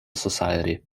society